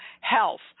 Health